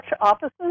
offices